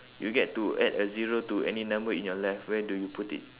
you get to add a zero to any number in your life where do you put it